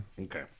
Okay